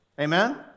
Amen